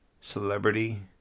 celebrity